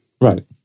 Right